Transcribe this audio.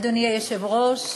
אדוני היושב-ראש,